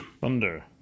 Thunder